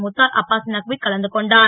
முத்தார் அப்பாஸ் நக்வி கலந்து கொண்டார்